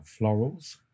florals